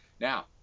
Now